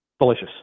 delicious